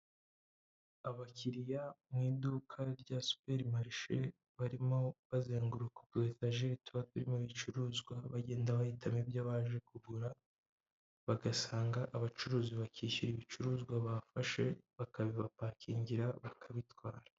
Abakiriya mu iduka rya superi marishe barimo bazenguruka utu etajeri tuba turimo ibicuruzwa bagenda bahitamo ibyo baje kugura bagasanga abacuruzi bakishyura ibicuruzwa bafashe bakabibapakingira bakabitwara.